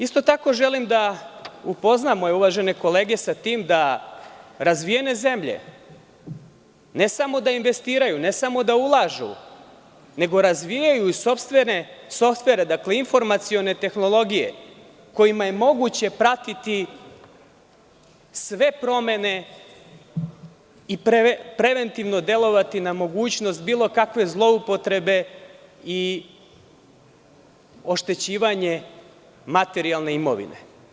Isto tako, želim da upoznam moje uvažene kolege sa tim da razvijene zemlje, ne samo da investiraju, ne samo da ulažu, nego razvijaju sopstvene softvere, dakle, informacione tehnologije kojima je moguće pratiti sve promene i preventivno delovati na mogućnost bilo kakve zloupotrebe i oštećivanje materijalne imovine.